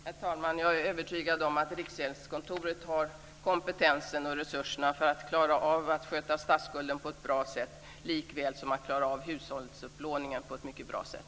Herr talman! Jag är övertygad om att Riksgäldskontoret har kompetensensen och resurserna för att klara av att sköta statsskulden på ett bra sätt likväl som att klara av hushållsupplåningen på ett mycket bra sätt.